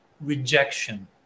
rejection